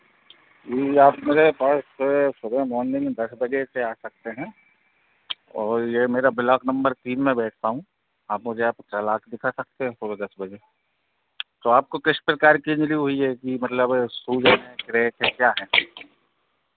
जी आप बस से सुबह मॉर्निंग दस बजे से आ सकते हैं और ये मेरा ब्लॉक नंबर तीन में बैठता हूँ आप मुझे आप चालाकी दे सकते हैं सुबह दस बजे तो आपको किस प्रकार की इंजली हुई है कि मतलब सू क्या है